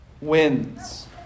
wins